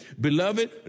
Beloved